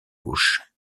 gauche